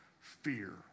fear